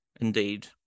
indeed